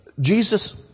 Jesus